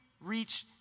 reach